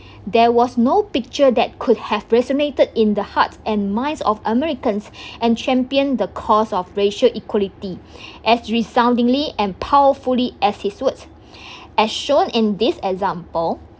there was no picture that could have resonated in the hearts and minds of americans and champion the cause of racial equality as resoundingly and powerfully as his words as shown in this example